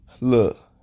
Look